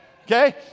Okay